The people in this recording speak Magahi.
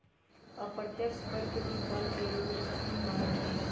अप्रत्यक्ष कर के भी कर के एक रूप ही मानल जाहई